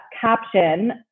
caption